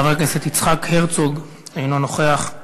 חבר הכנסת יצחק הרצוג, אינו נוכח,